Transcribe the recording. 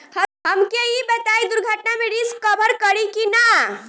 हमके ई बताईं दुर्घटना में रिस्क कभर करी कि ना?